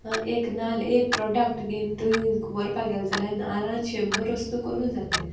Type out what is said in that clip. एक नाल्ल एक प्रोडक्ट घेन तुंय कोरपा गेल जाल्यार नाल्लान शेंबोर वोस्तू कोरूं जाताय